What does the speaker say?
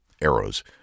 arrows